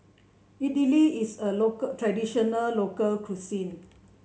Idly is a local traditional local cuisine